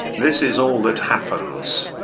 this is all that happens.